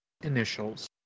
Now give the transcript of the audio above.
initials